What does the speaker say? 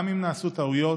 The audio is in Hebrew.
גם אם נעשו טעויות,